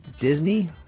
Disney